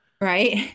Right